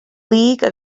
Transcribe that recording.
league